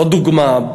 עוד דוגמה,